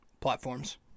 platforms